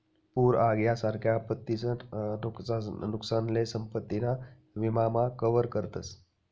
पूर आग यासारख्या आपत्तीसन नुकसानसले संपत्ती ना विमा मा कवर करतस